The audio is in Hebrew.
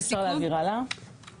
רק